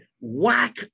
whack